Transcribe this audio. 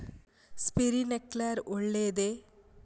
Sprinkler ಒಳ್ಳೇದೇ?